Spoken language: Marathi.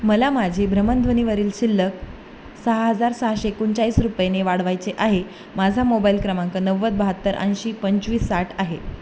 मला माझे भ्रमणध्वनीवरील शिल्लक सहा हजार सहाशे एकोणचाळीस रुपयेने वाढवायचे आहे माझा मोबाईल क्रमांक नव्वद बहात्तर ऐंशी पंचवीस साठ आहे